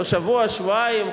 עוד שבוע-שבועיים,